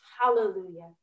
Hallelujah